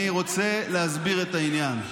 אני רוצה להסביר את העניין: